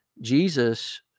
Jesus